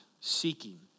seeking